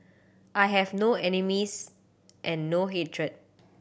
I have no enemies and no hatred